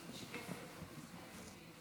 שלום,